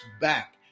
back